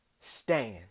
Stand